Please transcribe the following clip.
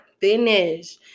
finish